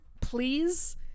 Please